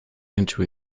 into